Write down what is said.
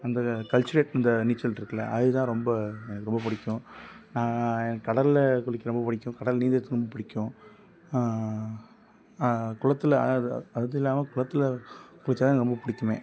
அந்த கல்ச்சுரேட் அந்த நீச்சல் இருக்கில்ல அது தான் ரொம்ப எனக்கு ரொம்ப பிடிக்கும் நான் எனக்கு கடலில் குளிக்க ரொம்ப பிடிக்கும் கடலில் நீந்துகிறதுக்கு ரொம்ப பிடிக்கும் குளத்தில் அதாவது அதுல்லாமல் குளத்தில் குளித்தா தான் எனக்கு ரொம்ப பிடிக்குமே